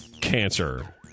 Cancer